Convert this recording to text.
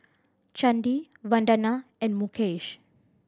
Chandi Vandana and Mukesh